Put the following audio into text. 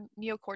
Neocortex